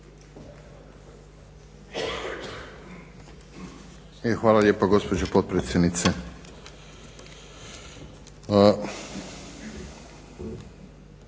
Hvala lijepa gospođo potpredsjednice.